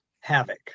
havoc